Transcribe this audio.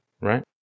Right